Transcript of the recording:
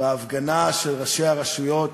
בהפגנה של ראשי הרשויות